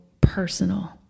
personal